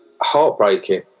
heartbreaking